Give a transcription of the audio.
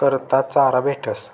करता चारा भेटस